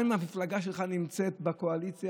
גם אם המפלגה שלך נמצאת בקואליציה